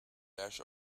dash